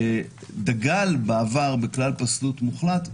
דגל בעבר בכלל פסלות מוחלט,